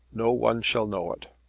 no one shall know it.